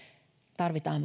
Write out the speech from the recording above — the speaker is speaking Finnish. tarvitaan